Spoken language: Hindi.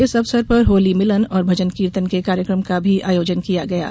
इस अवसर पर होली मिलन और भजन कीर्तन के कार्यक्रम का भी आयोजन किया गया है